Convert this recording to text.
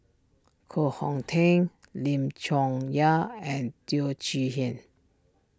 Koh Hong Teng Lim Chong Yah and Teo Chee Hean